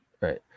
right